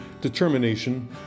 determination